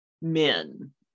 men